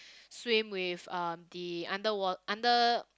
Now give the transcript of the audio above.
swim with um the underwa~ under